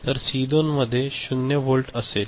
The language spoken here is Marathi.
तर सी 2 मध्ये 0 व्होल्ट असेल